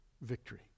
victory